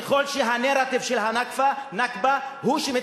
ככל שהנרטיב של הנכבה מתחזק,